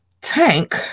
Tank